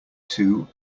two